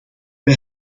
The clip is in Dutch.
wij